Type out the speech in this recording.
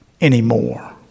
anymore